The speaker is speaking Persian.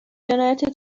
جنایت